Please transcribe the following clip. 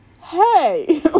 hey